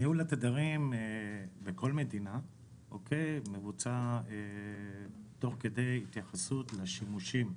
ניהול התדרים בכל מדינה מבוצע תוך כדי התייחסות לשימושים,